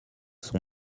son